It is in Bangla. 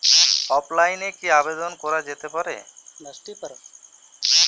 অফলাইনে কি আবেদন করা যেতে পারে?